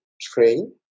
train